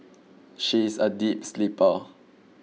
she is a deep sleeper